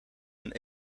een